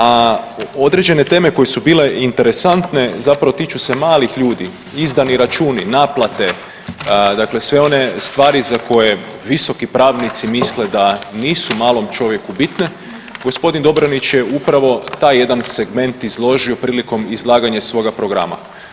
A određene teme koje su bile interesantne zapravo tiču se malih ljudi, izdani računi, naplate, dakle sve one stvari za koje visoki pravnici misle da nisu malom čovjeku bitne gospodin Dobronić je upravo taj jedan segment izložio prilikom izlaganja svoga programa.